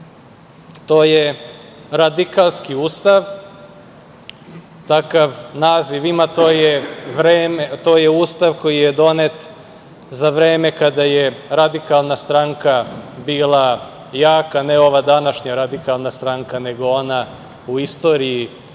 To je Radikalski ustav. Takav naziv ima. To je Ustav koji je donet za vreme kada je Radikalna stranka bila jaka, a ne ova današnja Radikalna stranka, nego ona u istoriji